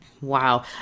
wow